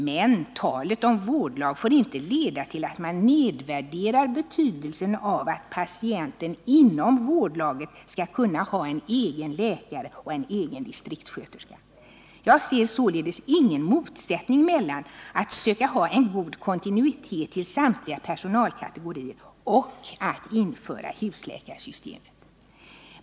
Men -— talet om vårdlag får inte leda till att man nedvärderar betydelsen av att patienten inom vårdlaget skall kunna ha en egen läkare och en egen distriktssköterska. Jag ser således ingen motsättning mellan att söka ha en god kontinuitet avseende samtliga personalkategorier och att införa husläkarsystemet.